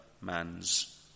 man's